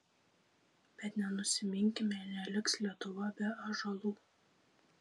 bet nenusiminkime neliks lietuva be ąžuolų